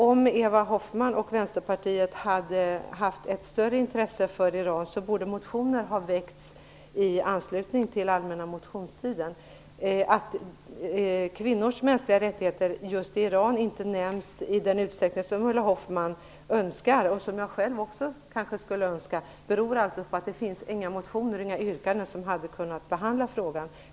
Om Eva Hoffmann och Vänsterpartiet hade haft ett större intresse för Iran, borde man ha väckt motioner under allmänna motionstiden. Att kvinnors mänskliga rättigheter just i Iran inte nämns i den utsträckning som Ulla Hoffmann önskar, och som också jag själv kanske skulle önska, beror alltså på att det inte föreligger motioner och yrkanden i frågan.